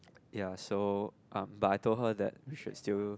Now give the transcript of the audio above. ya so um but I told her that we should still